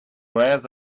was